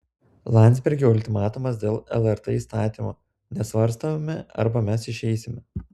landsbergio ultimatumas dėl lrt įstatymo nesvarstome arba mes išeisime